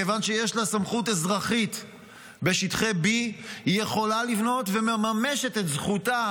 מכיוון שיש לה סמכות אזרחית בשטחי B והיא מממשת את זכותה,